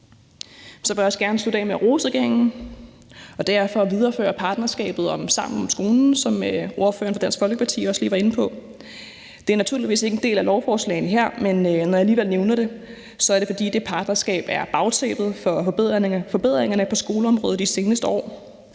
Så vil jeg gerne slutte af med at rose regeringen, og det er for at videreføre partnerskabet om »Sammen om skolen«, som ordføreren for Dansk Folkeparti også lige var inde på. Det er naturligvis ikke en del af lovforslaget her, men når jeg alligevel nævner det, er det, fordi det partnerskab er bagtæppet for forbedringerne på skoleområdet de seneste år.